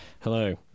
Hello